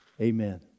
Amen